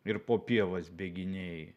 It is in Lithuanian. ir po pievas bėginėji